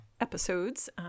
episodes